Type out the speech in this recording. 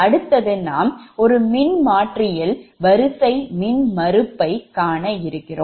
அடுத்தது நாம் ஒரு மின்மாற்றியில் வரிசை மின்மறுப்பை காண இருக்கிறோம்